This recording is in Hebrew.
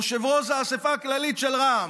יושב-ראש האספה הכללית של רע"מ,